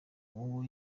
ubwo